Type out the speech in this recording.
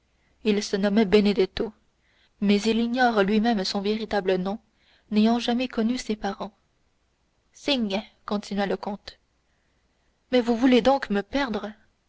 il se nommait benedetto mais il ignore lui-même son véritable nom n'ayant jamais connu ses parents signe continua le comte mais vous voulez donc me perdre